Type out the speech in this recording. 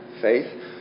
Faith